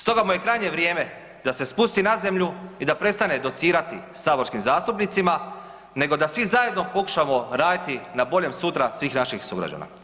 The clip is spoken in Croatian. Stoga mu je krajnje vrijeme da se spusti na zemlju i da prestane docirati saborskim zastupnicima nego da svi zajedno pokušamo raditi na boljem sutra svih naših sugrađana.